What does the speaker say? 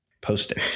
posting